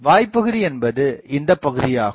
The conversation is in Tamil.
வாய்ப்பகுதி என்பது இந்தப் பகுதியாகும்